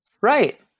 right